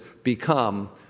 become